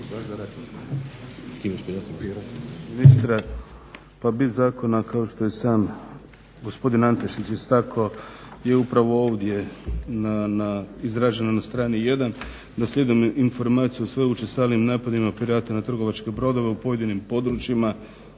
ministra. Pa bit zakona kao što je sam gospodin Antešić istakao, je upravo ovdje izraženo na strani jedan, da slijedom informacija o sve učestalijim napadima pirata na trgovačke brodove u pojedinim područjima